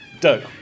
Doug